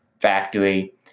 factory